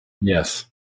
Yes